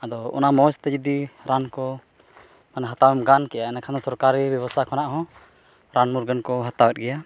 ᱟᱫᱚ ᱚᱱᱟ ᱢᱚᱡᱽᱛᱮ ᱡᱩᱫᱤ ᱨᱟᱱ ᱠᱚ ᱢᱟᱱᱮ ᱦᱟᱛᱟᱣᱮᱢ ᱜᱟᱱ ᱠᱮᱜᱼᱟ ᱤᱱᱟᱹᱠᱷᱟᱱ ᱫᱚ ᱥᱚᱨᱠᱟᱨᱤ ᱵᱮᱵᱚᱥᱛᱟ ᱠᱷᱚᱱᱟᱜ ᱦᱚᱸ ᱨᱟᱱ ᱢᱩᱨᱜᱟᱹᱱ ᱠᱚ ᱦᱟᱛᱟᱣᱮᱫ ᱜᱮᱭᱟ